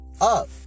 up